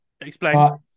Explain